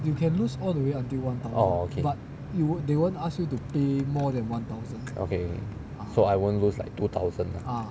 oh okay okay so I won't lose like two thousand lah